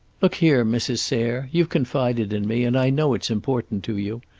look here, mrs. sayre. you've confided in me, and i know it's important to you.